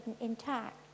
intact